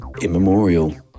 immemorial